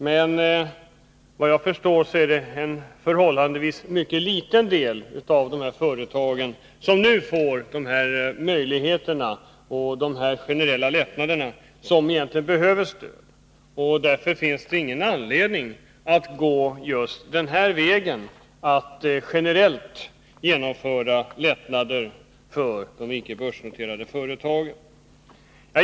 Men såvitt jag förstår är det en förhållandevis liten del av de företag som egentligen behöver stöd som nu får möjligheter till generella lättnader. Därför finns det ingen anledning att gå just den vägen att generellt genomföra lättnader för de icke börsnoterade företagen.